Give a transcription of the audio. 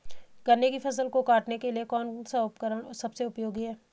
गन्ने की फसल को काटने के लिए कौन सा उपकरण सबसे उपयोगी है?